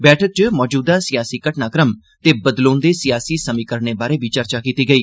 बैठक च मजूदा सियासी घटनाक्रम ते बदलोंदे सियासी समीकरणें बारे बी चर्चा कीती गेई